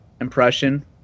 impression